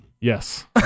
Yes